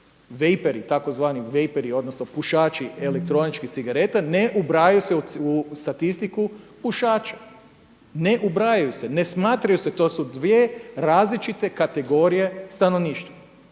tzv. vaper odnosno pušači elektroničkih cigareta ne ubrajaju se u statistiku pušača, ne ubrajaju se, ne smatraju se. To su dvije različite kategorije stanovništva,